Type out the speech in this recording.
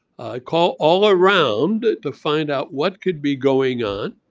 i call all around to find out what could be going on.